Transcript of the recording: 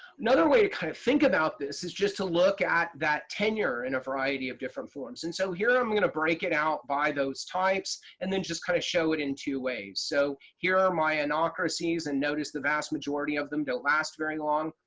another way to kind of think about this is just to look at that tenure in a variety of different forms. and so here i'm going to break it out by those types and then just kind of show it in two ways. so here are my anocracies, and notice the vast majority of them don't last very long.